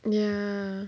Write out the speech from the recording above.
ya